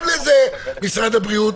גם לזה משרד הבריאות,